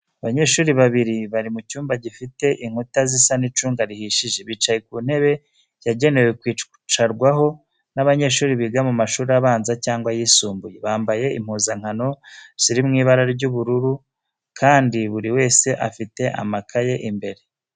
Abanyeshuri bibiri bari mu cyumba gifite inkuta zisa n'icunga rihishije, bicaye ku ntebe yagenewe kwicarwaho n'abanyeshuri biga mu mashuri abanza cyangwa ayisumbuye. Bambaye impuzankano ziri mu ibara ry'ubururu kandi buri wese afite amakaye imbere ye.